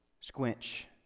squinch